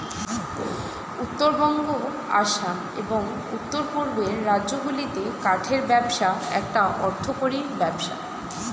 উত্তরবঙ্গ, আসাম, এবং উওর পূর্বের রাজ্যগুলিতে কাঠের ব্যবসা একটা অর্থকরী ব্যবসা